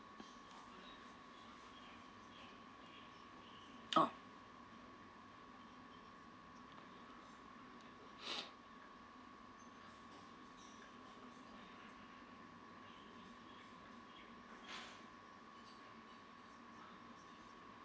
oh